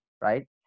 right